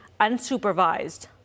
unsupervised